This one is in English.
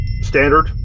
standard